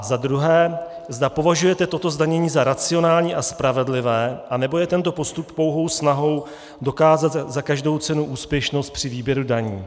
Za druhé, zda považujete toto zdanění za racionální a spravedlivé, anebo je tento postup pouhou snahou dokázat za každou cenu úspěšnost při výběru daní.